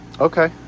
Okay